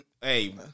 Hey